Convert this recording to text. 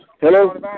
hello